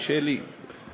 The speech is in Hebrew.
את שלי ואחרים.